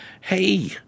hey